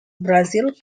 brasil